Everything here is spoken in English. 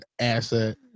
asset